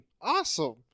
Awesome